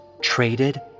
traded